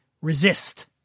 resist